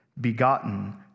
begotten